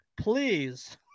please